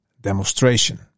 demonstration